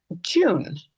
June